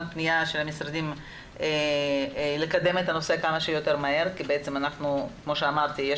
פנייה למשרדים לקדם את הנושא כמה שיותר מהר כי כמו שאמרתי,